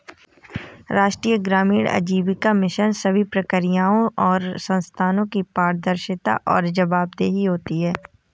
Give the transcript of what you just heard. राष्ट्रीय ग्रामीण आजीविका मिशन सभी प्रक्रियाओं और संस्थानों की पारदर्शिता और जवाबदेही होती है